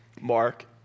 Mark